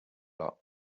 lot